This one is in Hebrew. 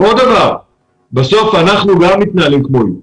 בסוף אנחנו גם מתנהלים כמוהם.